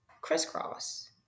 crisscross